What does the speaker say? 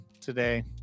today